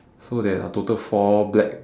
so there are total four black